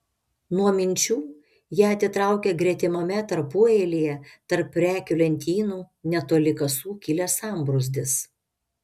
nuo minčių ją atitraukė gretimame tarpueilyje tarp prekių lentynų netoli kasų kilęs sambrūzdis